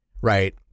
right